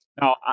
now